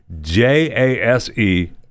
j-a-s-e